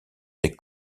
des